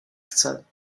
chce